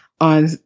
on